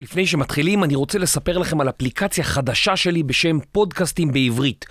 לפני שמתחילים אני רוצה לספר לכם על אפליקציה חדשה שלי בשם פודקאסטים בעברית.